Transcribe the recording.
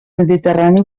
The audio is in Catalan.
mediterrani